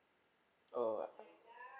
oh uh